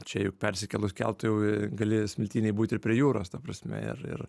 čia juk persikėlus keltu jau gali smiltynėj būti ir prie jūros ta prasme ir ir